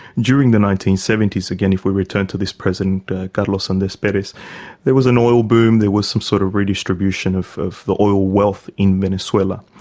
during the nineteen seventy s, again if we return to this president carlos um andres perez, there was an oil boom there was some sort of redistribution of of the oil wealth in venezuela.